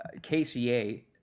KCA